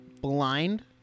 blind